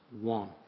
one